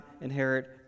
inherit